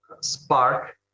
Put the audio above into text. spark